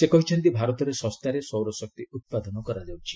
ସେ କହିଛନ୍ତି ଭାରତରେ ଶସ୍ତାରେ ସୌରଶକ୍ତି ଉତ୍ପାଦନ କରାଯାଉଛି